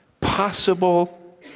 possible